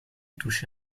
touché